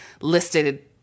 listed